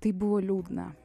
tai buvo liūdna